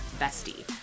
Bestie